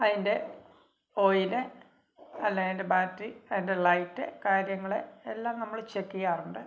അതിന്റെറെ oil അല്ലെ അതിന്റെ battery അതിന്റെ ലൈറ്റ് കാര്യങ്ങൾ എല്ലാം നമ്മൾ ചെക്ക് ചെയ്യാറുണ്ട്